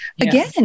again